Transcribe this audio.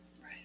Right